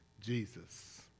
Jesus